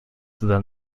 than